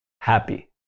happy